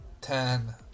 ten